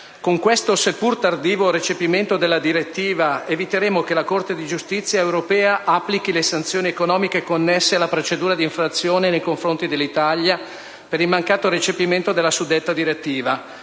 Con questo, seppur tardivo, recepimento della direttiva eviteremo che la Corte di giustizia europea applichi le sanzioni economiche connesse alla procedura di infrazione nei confronti dell'Italia per il mancato recepimento della suddetta direttiva.